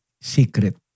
secret